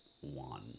one